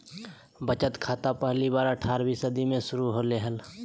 बचत बैंक पहली बार अट्ठारहवीं सदी में शुरू होले हल